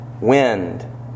wind